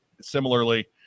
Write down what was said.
similarly